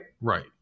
Right